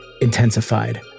intensified